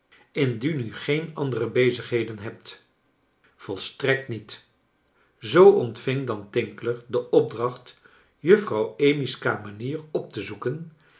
indien u geen andere bezigheden hebt volstrekt niet zoo ontving dan tinkler de opdracht juffrouw amy's kamenier op te zoeken